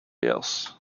years